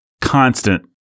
constant